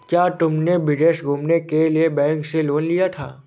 क्या तुमने विदेश घूमने के लिए बैंक से लोन लिया था?